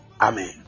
Amen